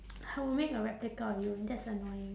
I would make a replica of you that's annoying